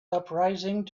uprising